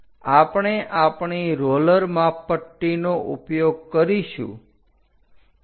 આપણે આપણી રોલર માપપટ્ટીનો ઉપયોગ કરીશું